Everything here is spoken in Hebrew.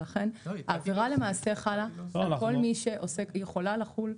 ולכן העבירה למעשה יכולה לחול.